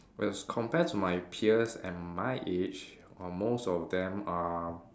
as compared to my peers at my age are most of them are